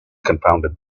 confounded